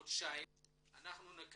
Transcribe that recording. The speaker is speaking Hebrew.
שעד